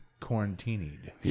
quarantined